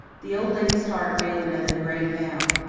the old lady's heart gave another great bound.